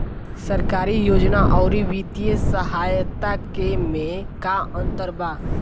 सरकारी योजना आउर वित्तीय सहायता के में का अंतर बा?